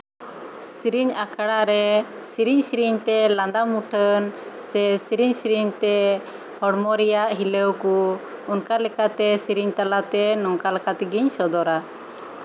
ᱥᱮᱹᱨᱮᱹᱧ ᱟᱠᱷᱲᱟᱨᱮ ᱥᱮᱹᱨᱮᱹᱧ ᱥᱮᱹᱨᱮᱹᱧᱛᱮ ᱞᱟᱸᱫᱟ ᱢᱩᱴᱷᱟᱹᱱ ᱥᱮ ᱥᱮᱹᱨᱮᱹᱧ ᱥᱮᱹᱨᱮᱹᱧᱛᱮ ᱦᱚᱲᱢᱚ ᱨᱮᱭᱟᱜ ᱦᱤᱞᱟᱹᱣ ᱠᱚ ᱚᱱᱠᱟ ᱞᱮᱠᱟᱛᱮ ᱥᱮᱹᱨᱮᱹᱧ ᱛᱟᱞᱟᱛᱮ ᱱᱚᱝᱠᱟ ᱞᱮᱠᱟ ᱛᱮᱜᱤᱧ ᱥᱚᱫᱚᱨᱟ